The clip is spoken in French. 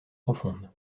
profonde